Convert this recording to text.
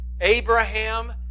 Abraham